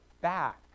back